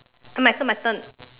my turn my turn